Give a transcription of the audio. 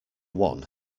one